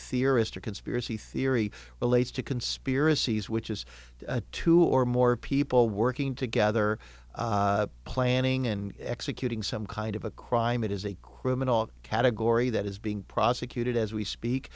theorist or conspiracy theory relates to conspiracies which is two or more people working together planning in executing some kind of a crime it is a criminal category that is being prosecuted as we speak